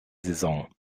saison